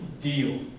deal